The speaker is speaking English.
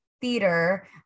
theater